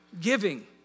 giving